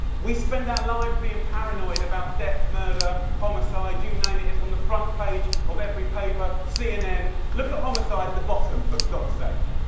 we spend our lives being paranoid about death, murder, homicide, you name it it's on the front page of every paper, cnn. look at homicide at the bottom, for god's sake.